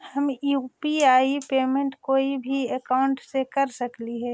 हम UPI payment कोई भी अकाउंट से कर सकली हे?